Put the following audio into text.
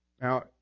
Now